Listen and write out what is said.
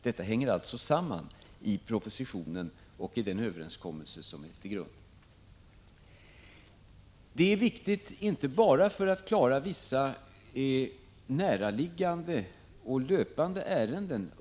Detta hänger alltså samman i propositionen och i den överenskommelse som ligger till grund för denna. Det är viktigt, inte bara för att klara näraliggande och löpande ärenden = Prot.